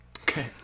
okay